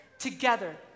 Together